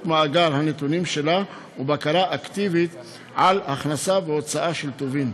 מאגר הנתונים שלה ובקרה אקטיבית על הכנסה והוצאה של טובין.